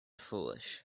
foolish